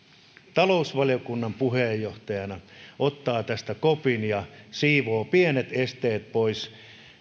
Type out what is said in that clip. talousvaliokunnan puheenjohtajana ottaa tästä kopin ja siivoaa pienet esteet pois